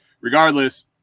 regardless